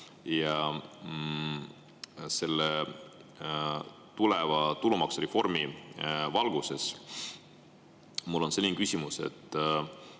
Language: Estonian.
Selle tuleva tulumaksureformi valguses mul on selline küsimus. Me